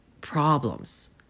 problems